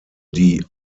die